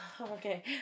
okay